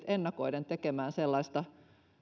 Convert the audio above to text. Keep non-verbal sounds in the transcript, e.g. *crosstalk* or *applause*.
*unintelligible* ennakoiden tekemään